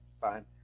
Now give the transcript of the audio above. fine